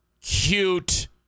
cute